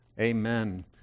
Amen